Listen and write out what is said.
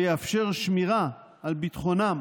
ויאפשר שמירה על ביטחונם